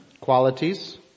qualities